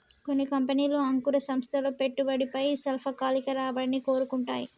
కొన్ని కంపెనీలు అంకుర సంస్థల్లో పెట్టే పెట్టుబడిపై స్వల్పకాలిక రాబడిని కోరుకుంటాయి